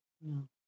No